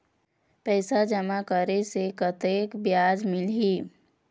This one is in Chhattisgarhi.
पैसा जमा करे से कतेक ब्याज मिलही?